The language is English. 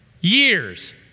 years